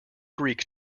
greek